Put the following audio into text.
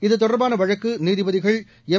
இத்தொடர்பாள வழக்கு நீதிபதிகள் எம்